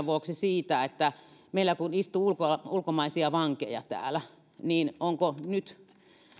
vuoksi siinä että kun meillä istuu ulkomaisia ulkomaisia vankeja täällä niin onko nyt